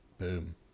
boom